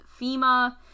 FEMA